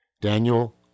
Daniel